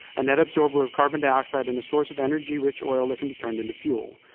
a net absorber of carbon dioxide and a source of energy rich oil that can be turned into fuel.